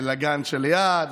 לגן שליד,